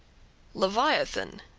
leviathan,